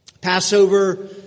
Passover